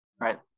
right